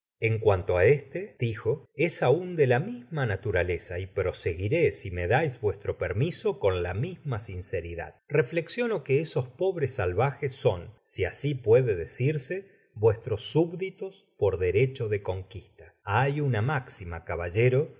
en cuanto á este dijo es aua de la misma naturaleza y proseguiré si me dais vuestro permiso con la misma sinceridad reflexiono que esos pobres salvajes son si asi puede decirse vuestros subditos por derecho de conquista hay una máxima caballero